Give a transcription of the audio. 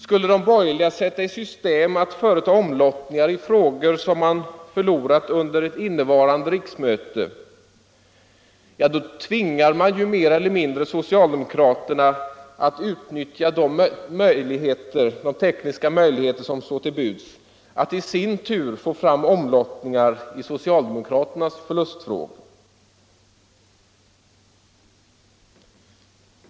Skulle de borgerliga sätta i system att företa omlottning i frågor man förlorat under ett innevarande riksmöte så tvingar man ju mer eller mindre socialdemokraterna att utnyttja de tekniska möjligheter som står till buds att i sin tur få fram omlottningar i socialdemokraternas förlustfrågor.